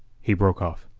he broke off.